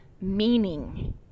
meaning